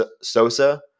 Sosa